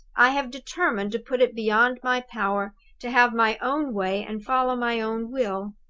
i have determined to put it beyond my power to have my own way and follow my own will.